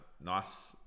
nice